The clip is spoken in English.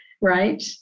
right